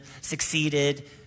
succeeded